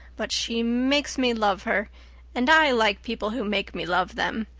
but she makes me love her and i like people who make me love them.